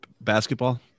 basketball